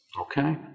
Okay